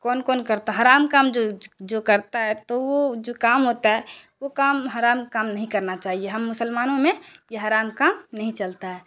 کون کون کرتا ہے حرام کام جو جو کرتا ہے تو وہ جو کام ہوتا ہے وہ کام حرام کام نہیں کرنا چاہیے ہم مسلمانوں میں یہ حرام کام نہیں چلتا ہے